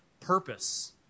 purpose